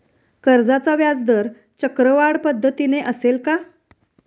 कर्जाचा व्याजदर चक्रवाढ पद्धतीने असेल का?